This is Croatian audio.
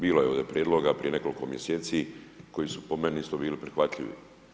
Bilo je ovdje prijedloga prije nekoliko mjeseci koji su po meni isto bili prihvatljivi.